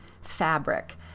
fabric